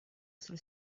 sul